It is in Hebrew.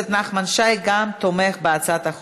התשע"ז 2016,